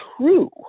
true